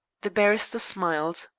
the barrister smiled.